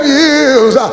years